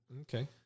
Okay